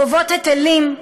גובות היטלים,